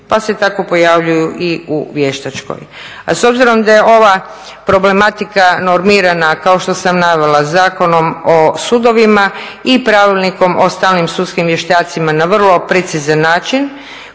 pa se tako pojavljuju i u vještačkoj. A s obzirom da je ova problematika normirana kao što sam navela Zakonom o sudovima i Pravilnikom o stalnim sudskim vještacima na vrlo precizan način